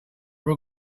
were